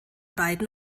beiden